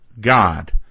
God